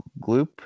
Gloop